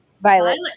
Violet